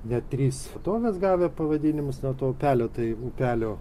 net trys tvirtovės gavę pavadinimus nuo to upelio tai upelio